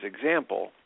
example –